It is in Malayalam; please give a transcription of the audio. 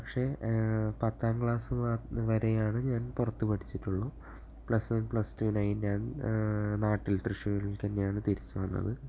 പക്ഷേ പത്താം ക്ലാസ് മാ വരെയാണ് ഞാൻ പുറത്ത് പഠിച്ചിട്ടുള്ളു പ്ലസ് വൺ പ്ലസ് ടുവിനായി ഞാൻ നാട്ടിൽ തൃശ്ശൂരിൽ തന്നെയാണ് തിരിച്ചുവന്നത്